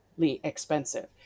expensive